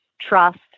trust